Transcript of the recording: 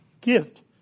gift